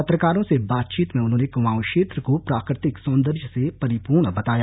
पत्रकारों से बातचीत में उन्होंने क्माऊं क्षेत्र को प्राकृतिक सौंदर्य से परिपूर्ण बताया